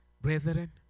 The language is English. Brethren